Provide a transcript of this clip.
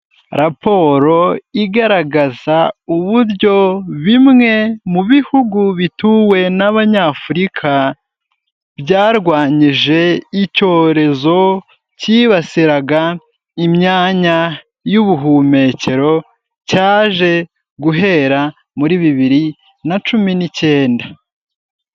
Raporo igaragaza uburyo bimwe mu bihugu bituwe n'Abanyafurika byarwanyije icyorezo cyibasiraga imyanya y'ubuhumekero, cyaje guhera muri bibiri na cumi n'icyenda.